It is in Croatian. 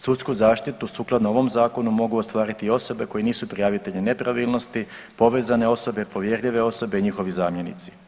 Sudsku zaštitu sukladno ovom zakonu mogu ostvariti i osobe koje nisu prijavitelji nepravilnosti, povezane osobe, povjerljive osobe i njihovi zamjenici.